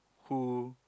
who